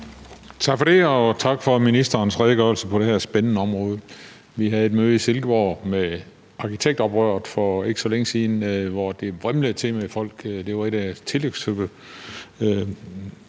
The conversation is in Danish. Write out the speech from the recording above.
Tak for det, og tak for ministerens redegørelse på det her spændende område. Vi havde et møde i Silkeborg med Arkitekturoprøret for ikke så længe siden, hvor det vrimlede med folk; det var et tilløbsstykke.